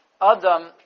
Adam